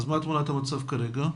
מה תמונת המצב כרגע?